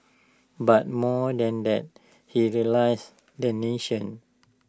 but more than that he realise the nation